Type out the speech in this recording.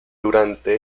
durante